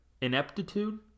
Ineptitude